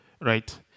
Right